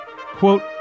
quote